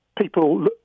people